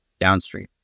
downstream